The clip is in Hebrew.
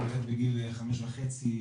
ילד בגיל חמש וחצי,